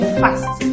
fast